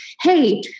hey